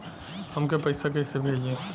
हमके पैसा कइसे भेजी?